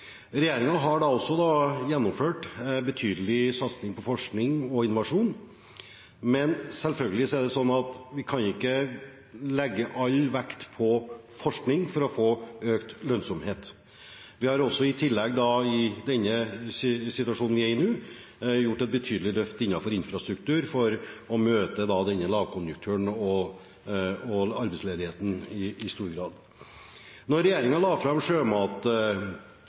har da også gjennomført en betydelig satsing på forskning og innovasjon, men selvfølgelig er det sånn at vi ikke kan legge all vekt på forskning for å få økt lønnsomhet. Vi har i tillegg, i den situasjonen vi er i nå, gjort et betydelig løft innenfor infrastruktur for i stor grad å møte denne lavkonjunkturen og arbeidsledigheten.